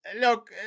look